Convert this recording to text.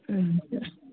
ಹ್ಞೂ ಸರ್